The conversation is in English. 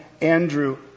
Andrew